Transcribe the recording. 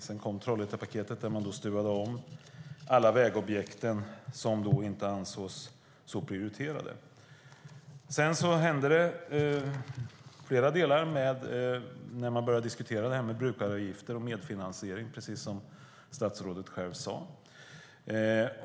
Sedan kom Trollhättepaketet, där man stuvade om alla vägobjekt som inte ansågs prioriterade. Därefter hände det saker i flera delar när man började diskutera brukaravgifter och medfinansiering, precis som statsrådet själv sade.